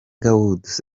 woods